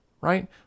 right